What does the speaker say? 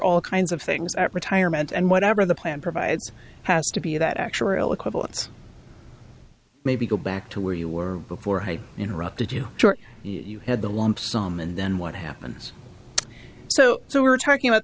all kinds of things at retirement and whatever the plan provides has to be that actuarial equivalence maybe go back to where you were before i interrupted you you had the lump sum and then what happens so so we're talking about